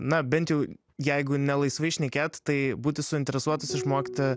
na bent jau jeigu ne laisvai šnekėt tai būti suinteresuotas išmokti